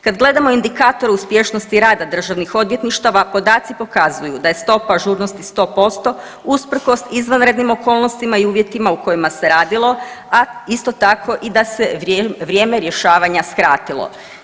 Kad gledamo indikatore uspješnosti rada državnih odvjetništava, podaci pokazuju da je stopa ažurnosti 100% usprkos izvanrednim okolnostima i uvjetima u kojima se radilo, a isto tako, i da se vrijeme rješavanja skratilo.